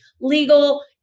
legal